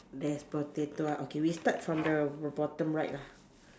there's potato ah okay we start from the bo~ bottom right lah